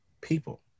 people